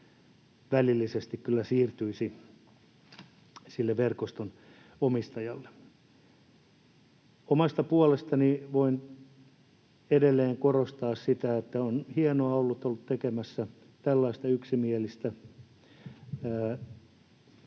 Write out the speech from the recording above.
välillisesti kyllä siirtyisi sille verkoston omistajalle. Omasta puolestani voin edelleen korostaa sitä, että on ollut hienoa olla tekemässä tällaista yksimielistä mietintöä.